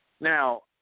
Now